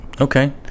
Okay